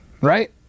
right